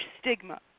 stigma